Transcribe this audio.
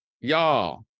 y'all